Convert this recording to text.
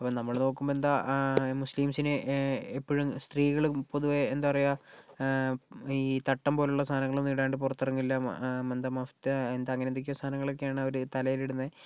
അപ്പം നമ്മൾ നോക്കുമ്പോൾ എന്താ മുസ്ലിംസിനെ എപ്പോഴും സ്ത്രീകളും പൊതുവെ എന്താ പറയുക ഈ തട്ടം പോലെയുള്ള സാധനങ്ങൾ ഒന്നും ഇടാണ്ട് പുറത്തിറങ്ങില്ല എന്താ മഫ്ത എന്താ അങ്ങനെ എന്തൊക്കെയോ സാധനങ്ങൾ ഒക്കെ ആണ് അവർ തലയിൽ ഇടുന്നത്